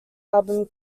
album